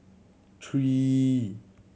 three